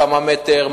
כמה מטרים,